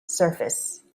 surface